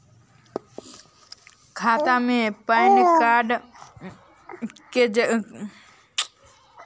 खाता में PAN card के का काम है पैन कार्ड काहे ला जरूरी है?